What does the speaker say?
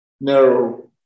narrow